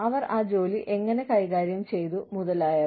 അവർ ആ ജോലികൾ എങ്ങനെ കൈകാര്യം ചെയ്തു മുതലായവ